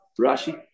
rashi